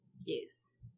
yes